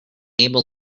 able